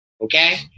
Okay